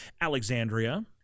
Alexandria